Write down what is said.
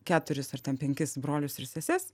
keturis ar ten penkis brolius ir seses